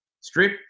strip